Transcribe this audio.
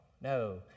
No